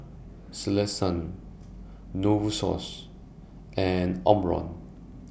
Selsun Novosource and Omron